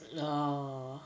orh